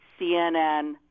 CNN